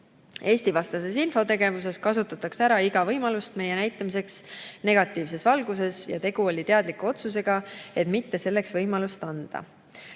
Eesti-vastases infotegevuses kasutatakse ära iga võimalust meie näitamiseks negatiivses valguses ja tegu oli teadliku otsusega, et mitte selleks võimalust